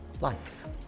Life